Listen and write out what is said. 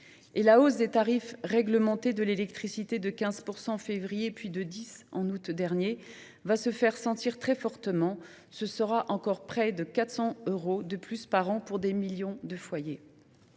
La hausse des tarifs réglementés de l’électricité de 15 % en février, puis de 10 % en août dernier, se fera sentir très fortement, et représentera près de 400 euros de plus par an pour des millions de foyers.